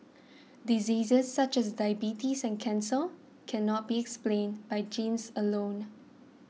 diseases such as diabetes and cancer cannot be explained by genes alone